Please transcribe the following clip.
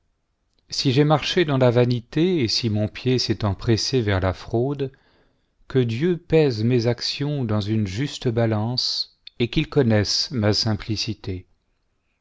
si j'ai marché dans la vanité et si mon pied s'est empressé vers la fraude que dieu pèse mes actions dans une juste balance et qu'il connaisse ma simplicité